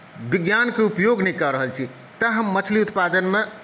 विज्ञानके उपयोग नहि कऽ रहल छी तेँ हम मछली उत्पादनमे